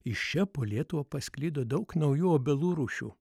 iš čia po lietuvą pasklido daug naujų obelų rūšių